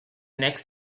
next